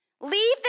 Leave